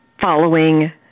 following